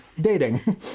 dating